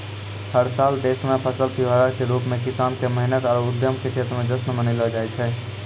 हर साल देश मॅ फसल त्योहार के रूप मॅ किसान के मेहनत आरो उद्यम के जश्न मनैलो जाय छै